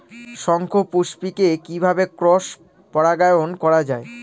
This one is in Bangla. শঙ্খপুষ্পী কে কিভাবে ক্রস পরাগায়ন করা যায়?